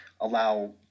allow